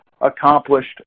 accomplished